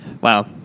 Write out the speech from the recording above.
Wow